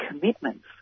commitments